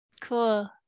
cool